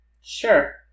Sure